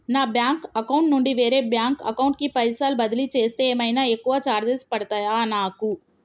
నా bank account నుండి వేరే బ్యాంక్ అకౌంట్ కి పైసల్ బదిలీ చేస్తే ఏమైనా ఎక్కువ చార్జెస్ పడ్తయా నాకు?